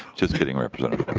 just kidding representative.